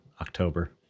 October